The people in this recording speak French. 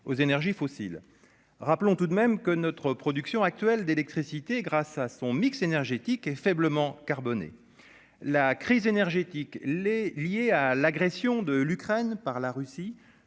aux énergies fossiles, rappelons tout de même que notre production actuelle d'électricité grâce à son mix énergétique et faiblement carbonée, la crise énergétique les lié à l'agression de l'Ukraine par la Russie